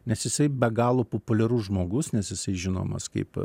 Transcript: nes jisai be galo populiarus žmogus nes jisai žinomas kaip